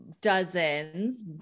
dozens